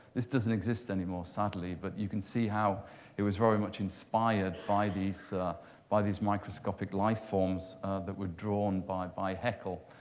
this doesn't exist anymore, sadly. but you can see how it was very much inspired by these by these microscopic life forms that were drawn by by haeckel.